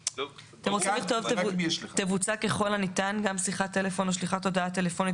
"תבוצע ככל הניתן גם שיחת טלפון או שליחת הודעה טלפונית